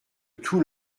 tout